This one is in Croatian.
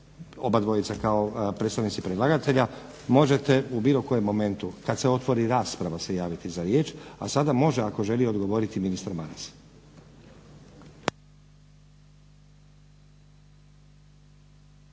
obojica kao predstavnici predlagatelja možete u bilo kojem momentu kad se otvori rasprava se javiti za riječ, a sada može ako želi odgovoriti ministar Maras.